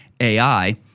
AI